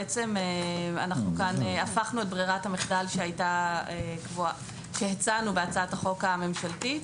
בעצם אנחנו כאן הפכנו את ברירת המחדל שהצענו בהצעת החוק הממשלתית